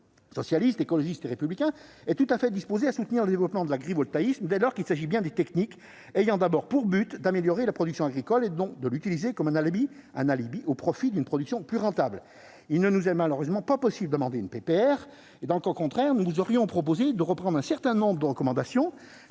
Socialiste, Écologiste et Républicain est tout à fait disposé à soutenir le développement de l'agrivoltaïsme, dès lors qu'il s'agit bien de techniques ayant d'abord pour but d'améliorer la production agricole et non de l'utiliser comme un alibi au profit d'une production plus rentable. S'il était possible d'amender une proposition de résolution, nous vous aurions proposé de reprendre un certain nombre de recommandations